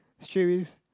straightly